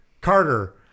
Carter